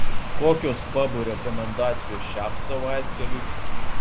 kokios pabų rekomendacijos šiam savaitgaliui